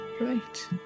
right